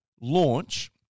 launch